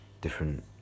Different